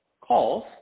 calls